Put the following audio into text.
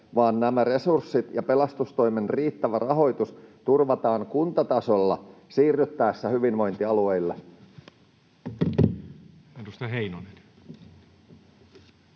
vaan nämä resurssit ja pelastustoimen riittävä rahoitus turvataan kuntatasolla siirryttäessä hyvinvointialueille? [Speech